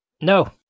No